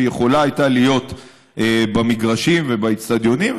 שיכולה הייתה להיות במגרשים ובאצטדיונים.